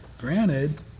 Granted